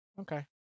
Okay